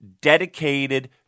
dedicated